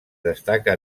destaca